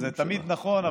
זה תמיד נכון,